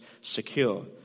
secure